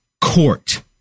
court